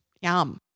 Yum